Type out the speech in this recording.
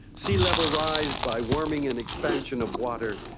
sea level rise by warming and expansion of water,